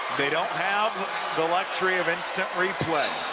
they don't have the luxury of instant replay.